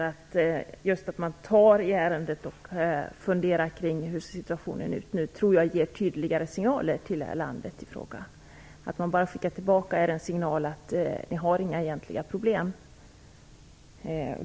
Att regeringen tar tag i ärendet och funderar över situationen tror jag skulle ge tydligare signaler till landet i fråga. När man bara skickar tillbaka flyktingarna signalerar man: Ni har inga egentliga problem.